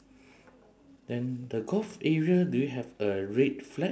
then the golf area do you have a red flag